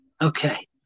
okay